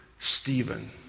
Stephen